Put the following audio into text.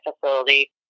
facility